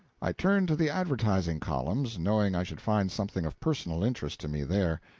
i turned to the advertising columns, knowing i should find something of personal interest to me there.